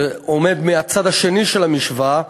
שעומד מהצד השני של המשוואה,